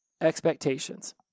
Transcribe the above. Expectations